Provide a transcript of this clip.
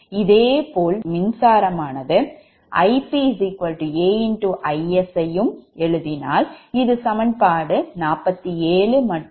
இதேபோல் மின்சாரமானது IpAIs யும் எழுதினால் இது சமன்பாடு 47 மற்றும் 48 ஆகும்